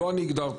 לא אני הגדרתי,